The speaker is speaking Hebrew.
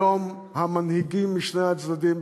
היום המנהיגים משני הצדדים,